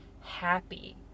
happy